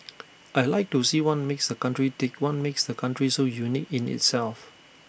I Like to see what makes the country tick what makes the country so unique in itself